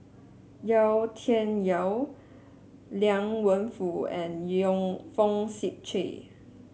Yau Tian Yau Liang Wenfu and Yong Fong Sip Chee